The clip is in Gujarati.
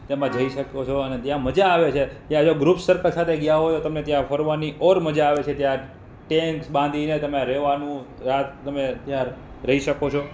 તેમાં જઈ શકો છો અને ત્યાં મજા આવે છે ત્યાં જો ગ્રુપ સરખા સાથે ગયા હોય તો તમને ત્યાં ફરવાની ઓર મજા આવે છે ત્યાં ટેંટ્સ બાંધીને તમે રહેવાનું રાત તમે ત્યાં રહી શકો છો